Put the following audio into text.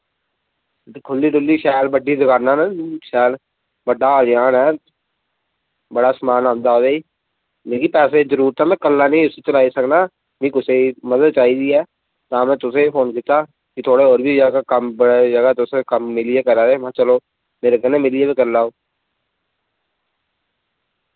खुल्ली डुल्ली शैल बड्डी दुकाना न शैल बड्डा हाल जन ऐ बड़ा समान औंदा उदे च मिगी पैसे दी जरूरत ऐ मैं कल्ला नि इस्सी चलाई सकना मि कुसे दी मदद चाहिदी ऐ तां मैं तुसें फोन कीत्ता कि थुआढ़े होर वी ज्यादा कम्म तुस ज्यादा कम्म मिलियै करा दे महा चलो मेरे कन्नै मिलियै बी करी लाओ